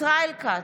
ישראל כץ,